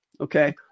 Okay